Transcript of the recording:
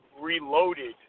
reloaded